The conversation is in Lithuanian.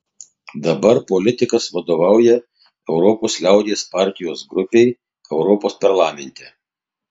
dabar politikas vadovauja europos liaudies partijos grupei europos parlamente